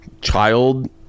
child